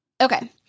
Okay